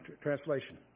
translation